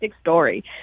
story